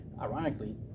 Ironically